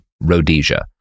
Rhodesia